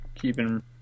keeping